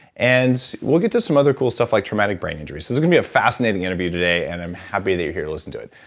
and we'll get to some other cool stuff like traumatic brain injury. so this is gonna be a fascinating interview today, and i'm happy that you're here to listen to it.